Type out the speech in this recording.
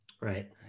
right